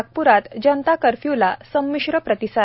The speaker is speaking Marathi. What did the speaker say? नागप्रात जनता कर्फ्यूला संमिश्र प्रतिसाद